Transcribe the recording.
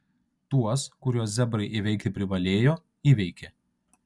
tuos kuriuos zebrai įveikti privalėjo įveikė